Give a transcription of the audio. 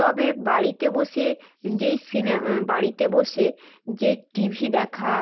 তবে বাড়িতে বসে যেই বাড়িতে বসে যে টিভি দেখা